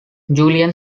julian